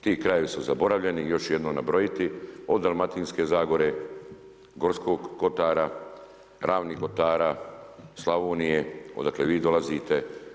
Ti krajevi su zaboravljeni još jednom nabrojiti od Dalmatinske Zagore, Gorskog Kotara, Ravnih Kotara, Slavonije odakle vi dolazite.